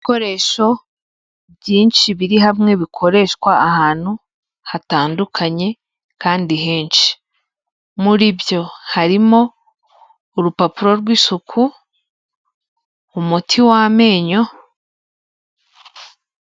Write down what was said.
Ibikoresho byinshi biri hamwe bikoreshwa ahantu hatandukanye kandi henshi, muri byo harimo urupapuro rw'isuku, umuti w'amenyo.